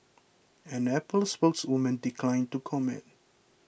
an Apple spokeswoman declined to comment